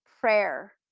prayer